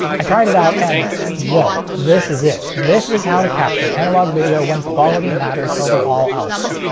i tried it out, and whoa. this is it. this is how to capture analog video when quality matters over all else.